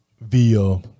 via